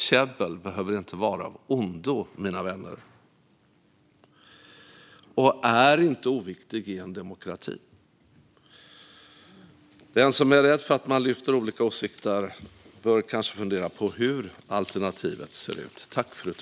Käbbel behöver inte vara av ondo, mina vänner, och är inte oviktigt i en demokrati. Den som är rädd för att man lyfter olika åsikter bör kanske fundera på hur alternativet ser ut.